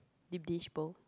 dip dish bowl